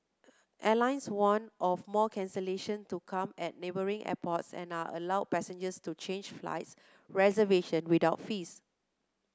airlines warned of more cancellation to come at neighbouring airports and are allowed passengers to change flight reservation without fees